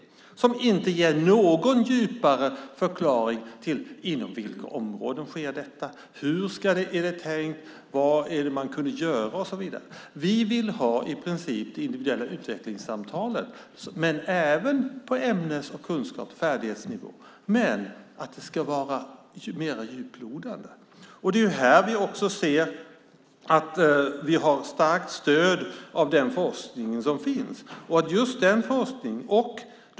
Det ger inte någon djupare förklaring till inom vilka områden detta sker, hur det är tänkt, vad man kunde göra och så vidare. Vi vill i princip ha de individuella utvecklingssamtalen, även på ämnes-, kunskaps och färdighetsnivå, men de ska vara mer djuplodande. Här ser vi att vi har starkt stöd av den forskning som finns.